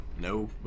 no